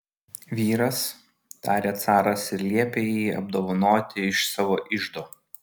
vyras tarė caras ir liepė jį apdovanoti iš savo iždo